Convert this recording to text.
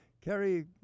Kerry